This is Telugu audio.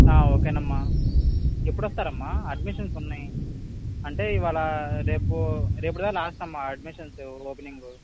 ఓకే అమ్మా ఎప్పుడు వస్తారు అమ్మ అడ్మిషన్స్ ఉన్నాయి అంటే ఇవాళ రేపు రేపటి దాకా లాస్ట్ అమ్మ అడ్మిషన్స్ ఓపెనింగ్